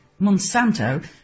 Monsanto